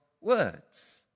words